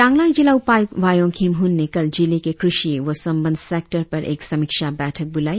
चांगलांग जिला उपायुक्त वायोंग खिमहन ने कल जिले के कृषि व संबंद्व सेक्टर पर एक समीक्षा बैठक बुलाई